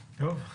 תודה מקרב לב.